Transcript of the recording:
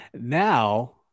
Now